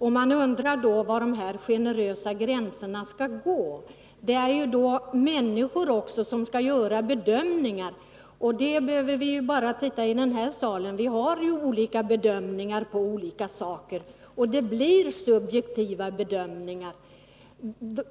Var skall då de generösa gränserna gå? Det är människor som skall göra bedömningar, och vi behöver bara titta oss omkring här i salen för att förstå att vi bedömer saker och ting olika. Det blir subjektiva bedömningar. Att